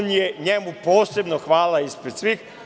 Njemu posebno hvala ispred svih.